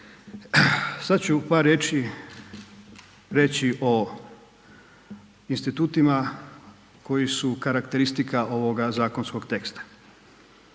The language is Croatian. par riječi reći o institutima koji su karakteristika ovoga zakonskog teksta.